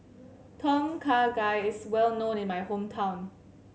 Tom Kha Gai is well known in my hometown